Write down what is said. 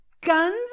Guns